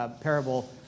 parable